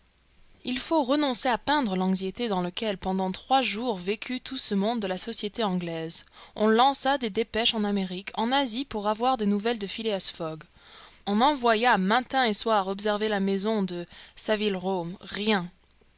il faut renoncer à peindre l'anxiété dans laquelle pendant trois jours vécut tout ce monde de la société anglaise on lança des dépêches en amérique en asie pour avoir des nouvelles de phileas fogg on envoya matin et soir observer la maison de saville row rien